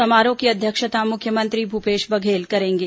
समारोह की अध्यक्षता मुख्यमंत्री भूपेश बघेल करेंगे